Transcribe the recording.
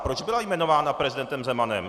Proč byla jmenována prezidentem Zemanem?